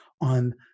on